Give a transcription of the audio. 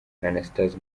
anastase